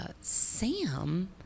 sam